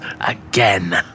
again